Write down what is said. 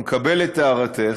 אני מקבל את הערתך,